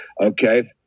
Okay